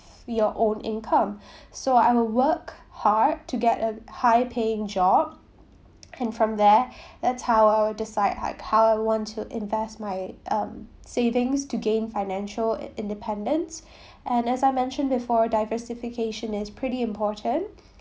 your own income so I will work hard to get a high paying job and from there that’s how I will decide how come I want to invest my um savings to gain financial independence and as I mentioned before diversification is pretty important